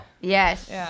Yes